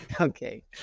Okay